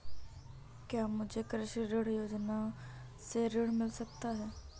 क्या मुझे कृषि ऋण योजना से ऋण मिल सकता है?